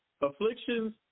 afflictions